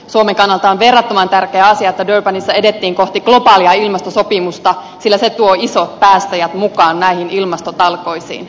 suomen kannalta on verrattoman tärkeä asia että durbanissa edettiin kohti globaalia ilmastosopimusta sillä se tuo isot päästäjät mukaan näihin ilmastotalkoisiin